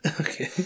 Okay